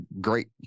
great